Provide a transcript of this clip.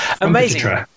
amazing